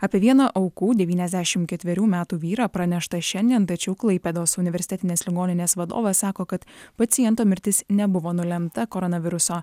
apie vieną aukų devyniasdešimt ketverių metų vyrą pranešta šiandien tačiau klaipėdos universitetinės ligoninės vadovas sako kad paciento mirtis nebuvo nulemta koronaviruso